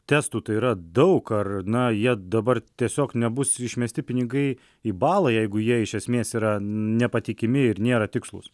testų tai yra daug ar na jie dabar tiesiog nebus išmesti pinigai į balą jeigu jie iš esmės yra nepatikimi ir nėra tikslūs